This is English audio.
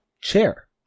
Chair